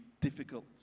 difficult